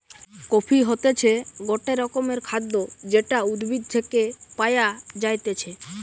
coffee হতিছে গটে রকমের খাদ্য যেটা উদ্ভিদ থেকে পায়া যাইতেছে